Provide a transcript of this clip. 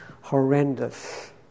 horrendous